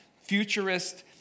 futurist